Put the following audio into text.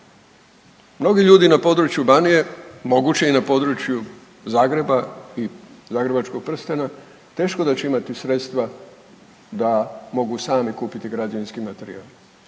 Mnogi ljudi na području Banije, moguće i na području Zagreba i Zagrebačkog prstena teško da će imati sredstva da mogu sami kupiti građevinski materijal,